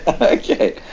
Okay